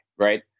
Right